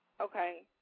Okay